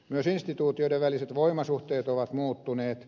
myös instituutioiden väliset voimasuhteet ovat muuttuneet